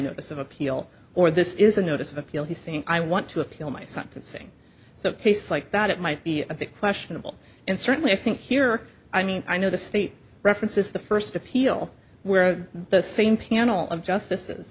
notice of appeal or this is a notice of appeal he's saying i want to appeal my sentencing so case like that it might be a big questionable and certainly i think here i mean i know the state references the first appeal where the same panel of justices